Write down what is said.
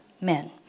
men